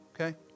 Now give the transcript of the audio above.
okay